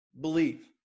believe